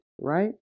right